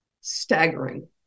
staggering